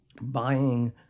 buying